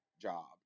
job